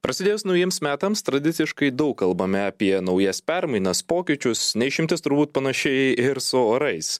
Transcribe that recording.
prasidėjus naujiems metams tradiciškai daug kalbame apie naujas permainas pokyčius ne išimtis turbūt panašiai ir su orais